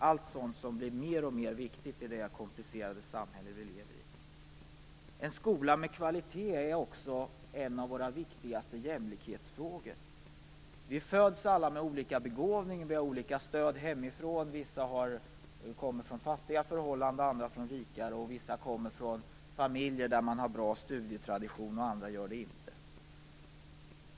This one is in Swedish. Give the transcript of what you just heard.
Allt sådant blir mer och mer viktigt i det komplicerade samhälle som vi lever i. En skola med kvalitet är också en av våra viktigaste jämlikhetsfrågor. Vi föds alla med olika begåvning och vi har olika stöd hemifrån. Vissa kommer från fattiga förhållanden och andra från rikare förhållanden. En del kommer från familjer där man har bra studietradition medan andra inte gör det.